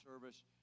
service